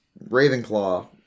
Ravenclaw